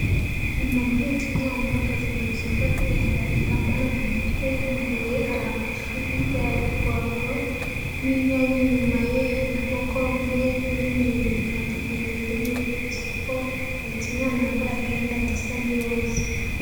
Umuntu uhetse umwana ahagaze mu isoko yambaye agatambaro mu mutwe, imbere ye hari amashu, hirya hari pavurori n'inyanya inyuma ye na kokombure n'ibindi bintu bitandukanye biri muri iryo soko, ahetse umwana wambaye akenda gasa n'iroza.